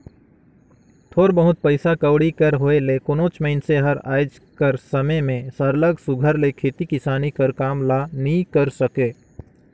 थोर बहुत पइसा कउड़ी कर होए ले कोनोच मइनसे हर आएज कर समे में सरलग सुग्घर ले खेती किसानी कर काम ल नी करे सके